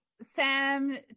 Sam